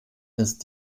ist